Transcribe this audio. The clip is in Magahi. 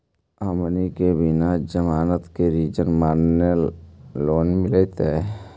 हमनी के बिना जमानत के ऋण माने लोन मिलतई?